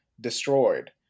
destroyed